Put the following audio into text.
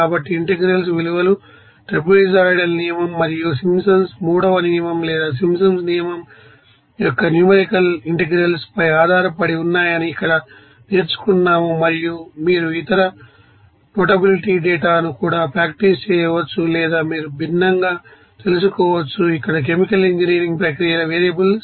కాబట్టి ఇంటెగ్రల్స్ విలువలు ట్రాపజోయిడల్ నియమం మరియు సింప్సన్స్ మూడవ నియమం లేదా సింప్సన్స్ నియమం యొక్కన్యూమరికల్ ఇంటెగ్రల్స్ పై ఆధారపడి ఉన్నాయని ఇక్కడ నేర్చుకున్నాము మరియు మీరు ఇతర ఇతర నోటబిలిటీ డేటాను కూడా ప్రాక్టీస్ చేయవచ్చు లేదా మీరు భిన్నంగా తెలుసుకోవచ్చు ఇక్కడ కెమికల్ ఇంజనీరింగ్ ప్రక్రియల వేరియబుల్స్